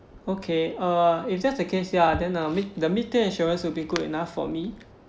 okay uh if that's the case ya then the mid the mid tier insurance will be good enough for me